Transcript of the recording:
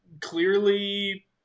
clearly